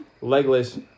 legless